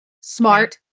Smart